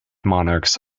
monarchs